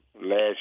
last